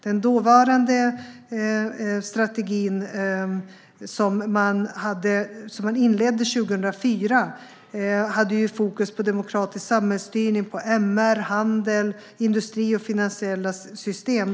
Den strategi som man inledde 2004 hade fokus på demokratisk samhällsstyrning, MR, handel, industri och finansiella system.